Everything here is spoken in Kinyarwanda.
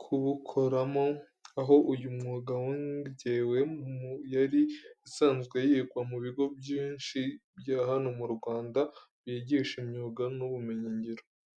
kubukoramo, aho uyu mwuga wongewe mu yari isanzwe yigwa mu bigo byinshi bya hano mu Rwanda byigisha imyuga n'ubumenyingiro.